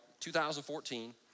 2014